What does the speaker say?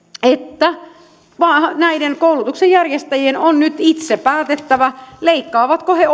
että koulutuksen järjestäjien on nyt itse päätettävä leikkaavatko he